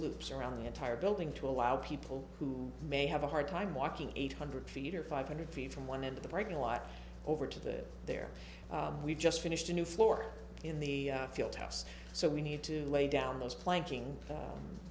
loops around the entire building to allow people who may have a hard time walking eight hundred feet or five hundred feet from one end to the parking lot over to the their we've just finished a new floor in the field house so we need to lay down those planking